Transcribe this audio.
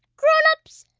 grown-ups,